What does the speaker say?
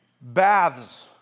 baths